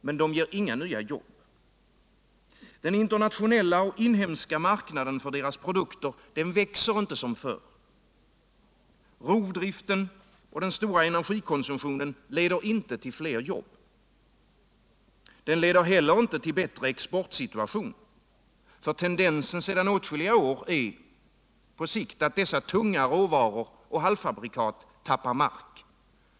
Men de ger inga nya jobb. Den internationella och inhemska marknaden för deras produkter växer inte som förr. Rovdriften och den stora energikonsumtionen leder inte till fler jobb. Den leder heller inte till bättre exportsiluation, för tendensen sedan åtskilliga år är på sikt att dessa tunga råvaror och halvfabrikat tappar mark.